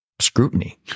scrutiny